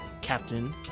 captain